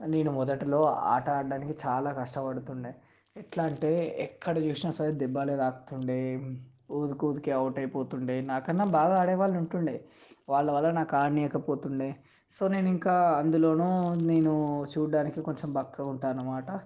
నేను మొదటిలో ఆట ఆడటానికి చాలా కష్టపడుతుండేది ఏట్లా అంటే ఎక్కడ చూసినా సరే దెబ్బలే తాకుతుండేవి ఊరికి ఊరికే అవుట్ అవుతుండే నాకన్నా బాగా ఆడేవాళ్ళు ఉంటే వాళ్ళ వల్ల నాకు ఆడనీయక పోతుండే సో నేను ఇంకా అందులోనూ చూడటానికి కొంచెం బక్కగా ఉంటాను అన్నమాట